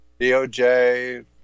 DOJ